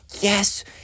yes